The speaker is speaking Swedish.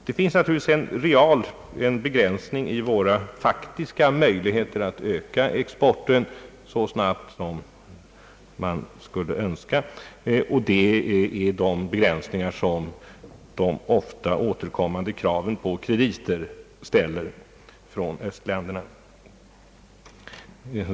Det finns emellertid begränsningar i våra faktiska möjligheter att öka exporten så snabbt som man skulle önska, och det är de begränsningar som orsakas av de ofta återkommande kraven från östländerna på krediter.